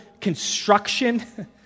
construction